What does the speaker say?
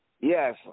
Yes